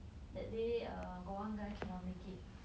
that day err got one guy cannot make it